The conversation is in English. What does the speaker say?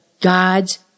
God's